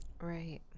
Right